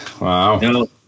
Wow